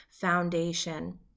foundation